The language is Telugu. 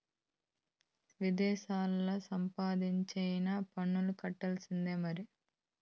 విదేశాల్లా సంపాదించినా పన్ను కట్టాల్సిందే మరి